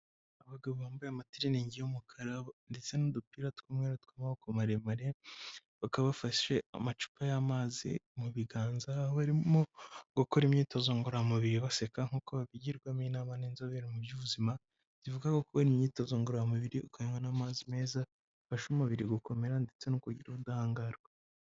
Abagabo bambaye amatiriningi y'umukara ndetse n'udupira tw'umweru tw'amaboko maremare bakaba bafashe amacupa y'amazi mu biganza, aho barimo gukora imyitozo ngororamubiri baseka nk'uko babigirwamo n'inzobere mu by'ubuzima, zivuga ko gukora imyitozo ngororamubiri ukanywa n'amazi meza, bifasha umubiri gukomera ndetse no kugira ubudahangarwa.